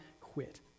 quit